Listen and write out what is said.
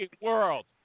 World